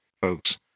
folks